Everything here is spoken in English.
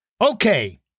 Okay